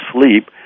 sleep